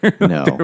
No